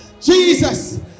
Jesus